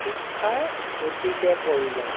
শিক্ষাৰ অতিকৈ প্ৰয়োজন